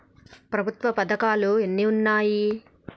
ప్రభుత్వ పథకాలు ఎన్ని ఉన్నాయి?